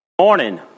Morning